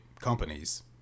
companies